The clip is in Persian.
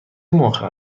موقع